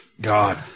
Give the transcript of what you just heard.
God